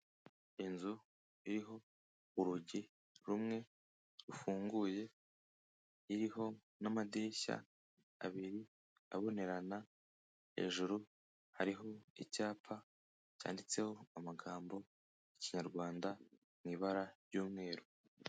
Inzu iriho urugi rumwe rufunguye iriho n'amadirishya abiri abonerana, hejuru hariho icyapa cyanditseho amagambo y'ikinyarwanda, mu ibara ry'umweru.